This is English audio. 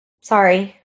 sorry